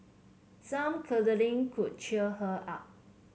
some cuddling could cheer her up